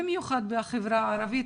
במיוחד בחברה הערבית,